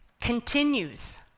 continues